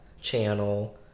channel